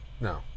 No